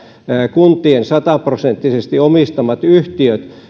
kuntien sataprosenttisesti omistamat yhtiöt